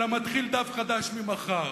אלא מתחיל דף חדש ממחר,